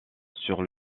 sur